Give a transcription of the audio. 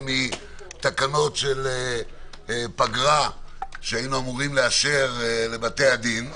כתקנות של פגרה שהיינו אמורים לאשר לבתי הדין,